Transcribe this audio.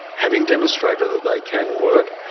having demonstrated that they can work.